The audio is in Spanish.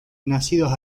nacidos